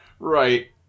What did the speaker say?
Right